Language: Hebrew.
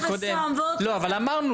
מה לעשות?